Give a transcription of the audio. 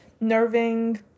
nerving